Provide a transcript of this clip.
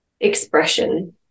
expression